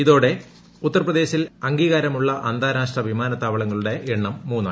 ഇതോടെ ഉത്തർപ്രദേശിൽ അംഗീകാരമുള്ള അന്താരാഷ്ട്ര വിമാനത്താവളങ്ങളുടെ എണ്ണം മൂന്നായി